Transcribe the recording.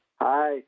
Hi